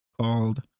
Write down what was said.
called